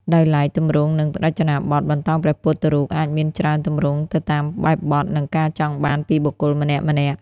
ដោយឡែក ទម្រង់ និងរចនាបថ បន្តោងព្រះពុទ្ធរូបអាចមានច្រើនទម្រង់ទៅតាមបែបបទ និងការចង់បានពីបុគ្គលម្នាក់ៗ។